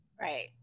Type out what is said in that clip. Right